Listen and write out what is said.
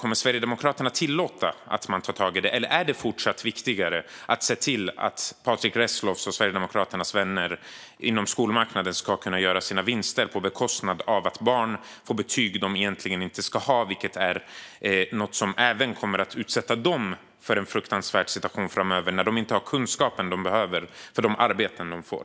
Kommer Sverigedemokraterna att tillåta att man tar tag i det, eller är det fortsatt viktigare att se till att Patrick Reslows och Sverigedemokraternas vänner inom skolmarknaden ska kunna göra vinster på bekostnad av att barn får betyg som de egentligen inte ska ha, vilket kommer att utsätta dem för en fruktansvärd situation framöver när de inte har den kunskap de behöver för de arbeten de får?